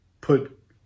put